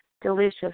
delicious